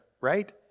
right